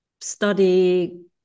study